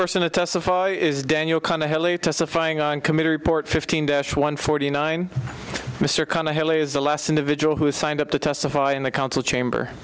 person to testify is daniel kind of testifying on committee report fifteen dash one forty nine mr kind of hell is the last individual who signed up to testify in the council chamber